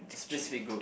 specific group